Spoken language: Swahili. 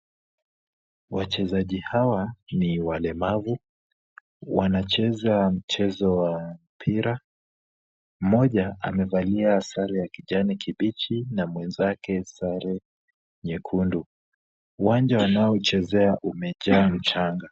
Wachezaji hawa ni walemavu. Wanacheza mchezo wa mpira. Mmoja amevalia sare ya kijani kibichi na mwenzake sare nyekundu. Uwanja wanaochezea umejaa mchanga.